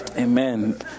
Amen